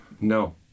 No